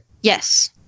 Yes